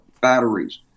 batteries